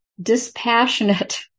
dispassionate